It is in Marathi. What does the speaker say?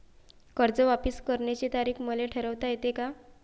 कर्ज वापिस करण्याची तारीख मले ठरवता येते का?